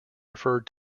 referred